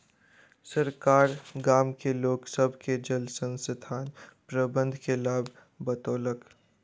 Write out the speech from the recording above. सरकार गाम के लोक सभ के जल संसाधन प्रबंधन के लाभ बतौलक